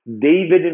David